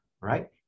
right